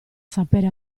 sapere